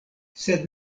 sed